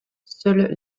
seules